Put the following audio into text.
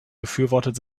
befürwortet